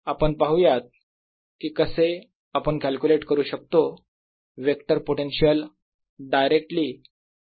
आपण पाहूयात कि कसे आपण कॅल्क्युलेट करू शकतो वेक्टर पोटेन्शियल डायरेक्टली दिलेल्या करंट डिस्ट्रीब्यूशन पासून